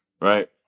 right